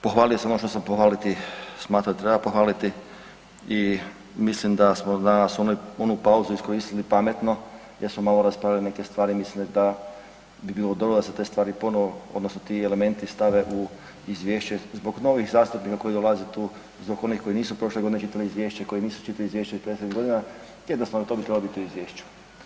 Pohvalio sam ono što sam pohvaliti smatrao da treba pohvaliti i mislim da smo danas onu pauzu iskoristili pametno jer smo malo raspravljali neke stvari, mislim da bi bilo dobro da se te stvari ponovo odnosno ti elementi stave u izvješće zbog novih zastupnika koji dolaze tu i zbog onih koji nisu prošle godine čitali izvješće, koji nisu čitali izvješće i prethodnih godina, jednostavno to bi trebalo biti u izvješću.